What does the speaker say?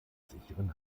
sicheren